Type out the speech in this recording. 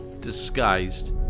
disguised